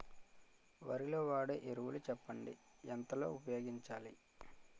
వరిలో వాడే ఎరువులు చెప్పండి? ఎంత లో ఉపయోగించాలీ?